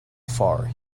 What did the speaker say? far